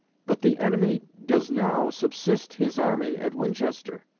but the enemy does now subsist his army at winchester,